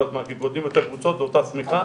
כל הזמן גודלים, יותר קבוצות באותה שמיכה.